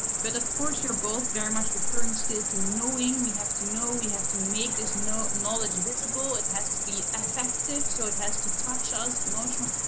but of course, you're both very much referring still to knowing. we have to know, we have to make this knowledge visible, it has to be effective so it has to touch us, emotional.